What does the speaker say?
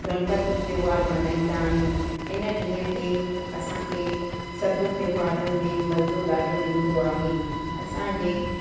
गणपति त्योहार मल्हाईंदा आहियूं इन ॾींहं ते असांखे सभु त्योहारनि में मज़ो ॾाढो ईंदो आहे असांजे